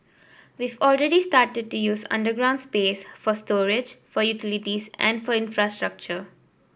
we've already started to use underground space for storage for utilities and for infrastructure